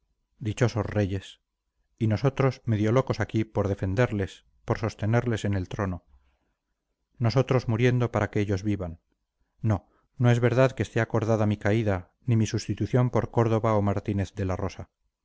dichosos reyes y nosotros medio locos aquí por defenderles por sostenerles en el trono nosotros muriendo para que ellos vivan no no es verdad que esté acordada mi caída ni mi sustitución por córdoba o martínez de la rosa